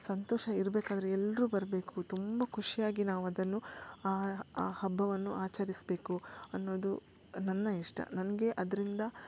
ಸಂತೋಷ ಇರಬೇಕಾದ್ರೆ ಎಲ್ಲರು ಬರಬೇಕು ತುಂಬ ಖುಷಿಯಾಗಿ ನಾವದನ್ನು ಆ ಹಬ್ಬವನ್ನು ಆಚರಿಸಬೇಕು ಅನ್ನೋದು ನನ್ನ ಇಷ್ಟ ನನಗೆ ಅದರಿಂದ